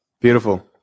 Beautiful